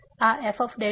તેથી આ f